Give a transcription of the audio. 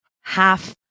half